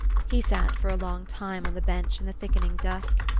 he sat for a long time on the bench in the thickening dusk,